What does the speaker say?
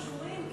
של כישורים,